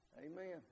Amen